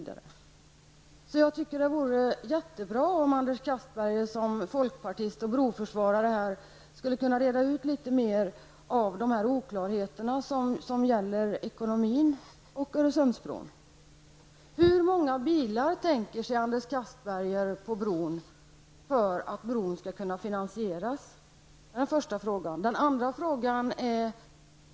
Det vore därför jättebra om Anders Castberger som folkpartist och broförsvarare skulle kunna reda ut de oklarheter som finns när det gäller ekonomin i samband med Hur många bilar måste trafikera bron för att den skall kunna finansieras, Anders Castberger?